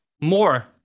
more